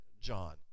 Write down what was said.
John